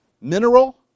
mineral